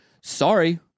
Sorry